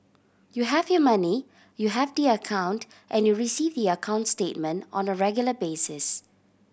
you have your money you have the account and you receive the account statement on the regular basis